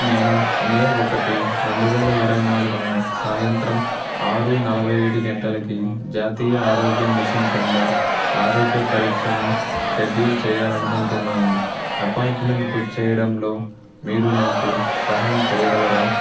నేను మే ఒకటి రెండు వేల ఇరవై నాలుగున సాయంత్రం ఆరు నలభై ఐదు గంటలకి జాతీయ ఆరోగ్య మిషన్ క్రింద ఆరోగ్య పరీక్షను షెడ్యూల్ చేయాలని అనుకుంటున్నాను అపాయింట్మెంట్ బుక్ చేయడంలో మీరు నాకు సహాయం చేయగలరా